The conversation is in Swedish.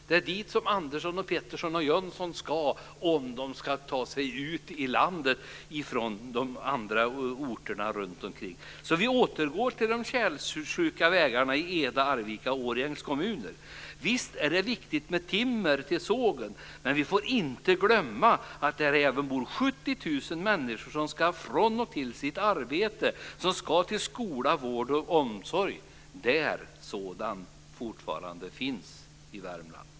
Det är dit som Andersson, Pettersson och Jönsson ska om de ska ta sig ut i landet från de andra orterna runtomkring. Vi återgår alltså till de tjälsjuka vägarna i Eda, Arvika och Årjängs kommuner. Visst är det viktigt med timmer till sågen, men vi får inte glömma att där även bor 70 000 människor som ska från och till sitt arbete och till skola, vård och omsorg - där sådan fortfarande finns i Värmland.